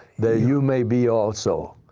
that you may be also.